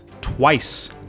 twice